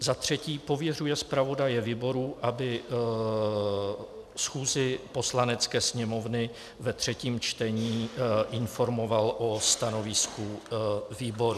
Za třetí pověřuje zpravodaje výboru, aby schůzi Poslanecké sněmovny ve třetím čtení informoval o stanovisku výboru.